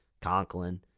Conklin